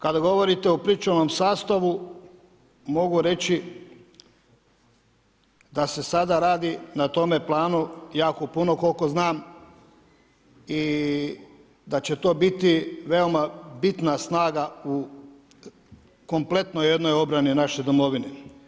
Kada govorite o pričuvnom sastavu mogu reći da se sada radi na tome planu jako puno koliko znam i da će to biti veoma bitna snaga u kompletnoj jednoj obrani naše Domovine.